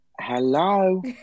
hello